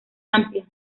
amplia